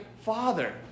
Father